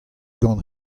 gant